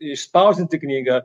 išspausdinti knygą